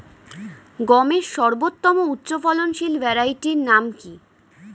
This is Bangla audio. গমের সর্বোত্তম উচ্চফলনশীল ভ্যারাইটি নাম কি?